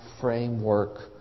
framework